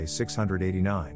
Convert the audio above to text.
689